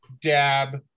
dab